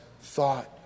thought